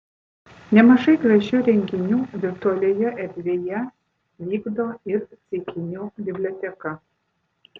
nemažai gražių renginių virtualioje erdvėje vykdo ir ceikinių biblioteka